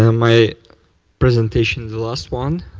um my presentation is the last one.